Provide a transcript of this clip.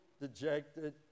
dejected